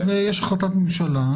יש החלטת ממשלה,